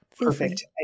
Perfect